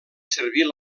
servir